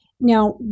Now